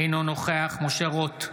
אינו נוכח משה רוט,